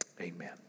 amen